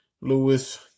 Lewis